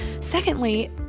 secondly